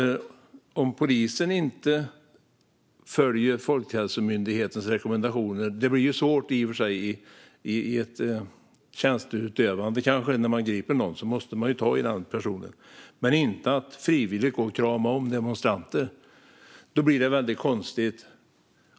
Polisen följer då inte Folkhälsomyndighetens rekommendationer. Det kan i och för sig vara svårt att följa dem vid tjänsteutövandet. Om man griper någon måste man ta i denna person. Men man ska inte frivilligt gå och krama om demonstranter. Då blir det väldigt konstigt.